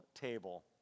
table